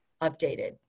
updated